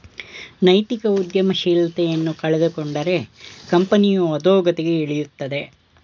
ನೈತಿಕ ಉದ್ಯಮಶೀಲತೆಯನ್ನು ಕಳೆದುಕೊಂಡರೆ ಕಂಪನಿಯು ಅದೋಗತಿಗೆ ಇಳಿಯುತ್ತದೆ